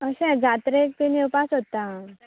अशें जात्रेक बीन येवपाक सोदता हांव